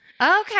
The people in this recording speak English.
Okay